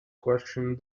questioned